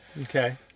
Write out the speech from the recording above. Okay